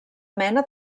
mena